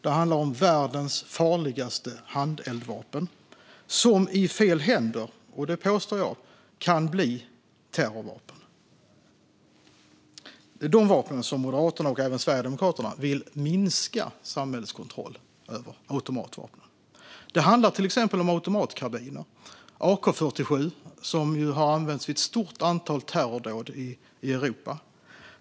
Det handlar om världens farligaste handeldvapen, som i fel händer, påstår jag, kan bli terrorvapen. Det är dessa automatvapen som Moderaterna och även Sverigedemokraterna vill minska samhällets kontroll över. Det handlar till exempel om automatkarbiner, AK47, som ju har använts vid ett stort antal terrordåd i Europa.